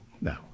No